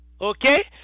Okay